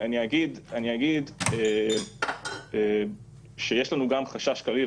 יש לנו גם חשש כללי,